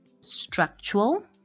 structural